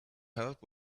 help